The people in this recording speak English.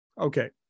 Okay